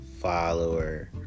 follower